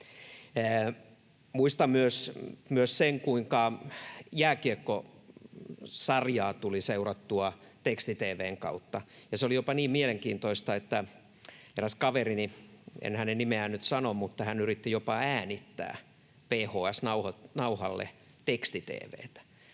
Muistan myös sen, kuinka jääkiekkosarjaa tuli seurattua teksti-tv:n kautta, ja se oli jopa niin mielenkiintoista, että eräs kaverini — en hänen nimeään nyt sano — yritti jopa äänittää VHS-nauhalle teksti-tv:tä,